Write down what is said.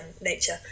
nature